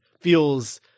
feels